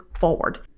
forward